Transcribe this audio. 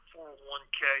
401k